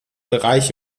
bereich